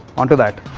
onto that!